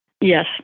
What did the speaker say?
Yes